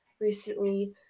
recently